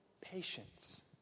patience